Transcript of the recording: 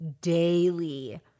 daily